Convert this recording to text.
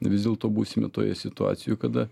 vis dėlto būsime toje situacijoj kada